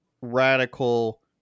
radical